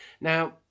Now